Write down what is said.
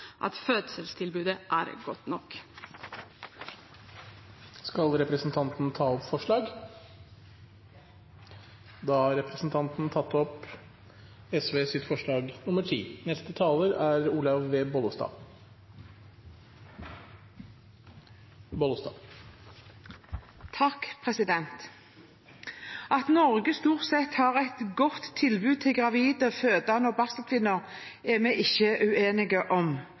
at fødselstilbudet er godt nok. Jeg tar til slutt opp SVs forslag i saken. Da har representanten Sheida Sangtarash tatt opp det forslaget hun referertet til. At Norge stort sett har et godt tilbud til gravide, fødende og barselkvinner, er vi ikke uenige om.